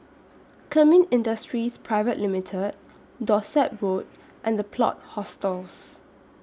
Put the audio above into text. Kemin Industries Pte Limited Dorset Road and The Plot Hostels